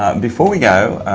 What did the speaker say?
ah before we go,